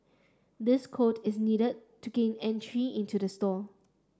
this code is needed to gain entry into the store